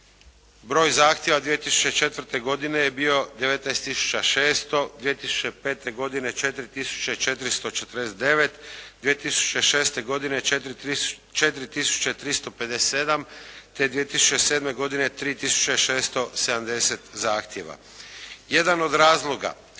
Broj zahtjeva 2004. godine je bio 19 tisuća 600, 2005. godine 4 tisuće 449, 2006. godine 4 tisuće 357, te 2007. godine 3 tisuće 670 zahtjeva. Jedan od razloga